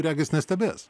regis nestebės